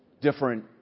different